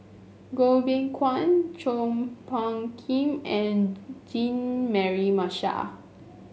Goh Beng Kwan Chua Phung Kim and Jean Mary Marshall